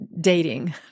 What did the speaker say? dating